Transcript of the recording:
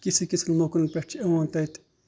کِسی کِسی موقعن پٮ۪ٹھ چھُ یِوان تَتہِ